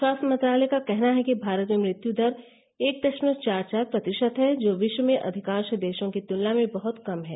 स्वास्थ्य मंत्रालय का कहना है कि भारत में मृत्यु दर एक दशमलव चार चार प्रतिशत है जो विश्व में अधिकांश देशों की तुलना में बहुत कम है